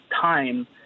time